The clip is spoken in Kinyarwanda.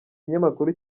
kinyamakuru